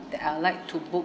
that I'd like to book